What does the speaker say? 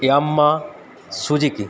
Yamaha Suzuki